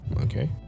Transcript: Okay